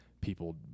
people